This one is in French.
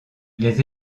les